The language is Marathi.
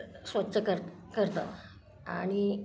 स्वच्छ कर करतात आणि